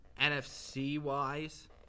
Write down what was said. NFC-wise